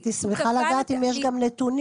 הייתי שמחה לדעת אם יש גם נתונים,